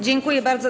Dziękuję bardzo.